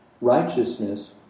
Righteousness